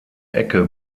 ecke